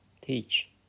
teach